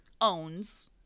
owns